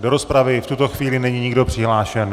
Do rozpravy v tuto chvíli není nikdo přihlášen.